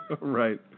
Right